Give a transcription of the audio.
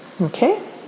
Okay